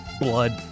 blood